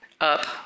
up